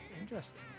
Interesting